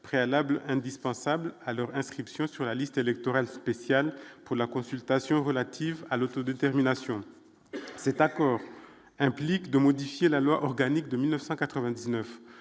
préalables indispensables à leur inscription sur la liste électorale spéciale pour la consultation relative à l'autodétermination c'est accord implique de modifier la loi organique de 1999